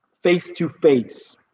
face-to-face